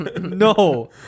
No